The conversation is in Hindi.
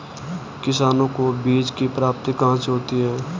किसानों को बीज की प्राप्ति कहाँ से होती है?